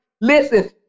Listen